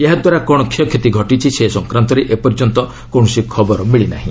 ଏହାଦ୍ୱାରା କ'ଣ କ୍ଷୟକ୍ଷତି ଘଟିଛି ସେ ସଂକ୍ରାନ୍ତରେ ଏପର୍ଯ୍ୟନ୍ତ କୌଣସି ଖବର ମିଳି ନାହିଁ